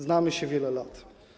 Znamy się wiele lat.